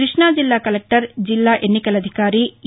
కృష్ణాజిల్లా కలెక్టర్ జిల్లా ఎన్నికల అధికారి ఏ